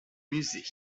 musée